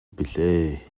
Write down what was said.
билээ